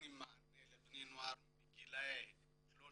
נותנים מענה לבני נוער בגיל 18-13